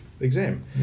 exam